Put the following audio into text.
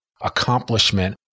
accomplishment